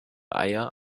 eier